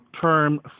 term